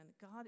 God